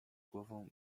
głową